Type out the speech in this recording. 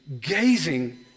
gazing